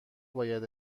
باید